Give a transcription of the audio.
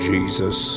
Jesus